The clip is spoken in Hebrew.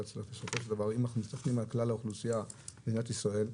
אם אנחנו מסתכלים על כלל האוכלוסייה במדינת ישראל,